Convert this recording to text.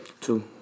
Two